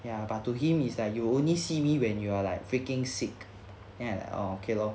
ya but to him is that you only see me when you're like freaking sick then I am like oh okay lor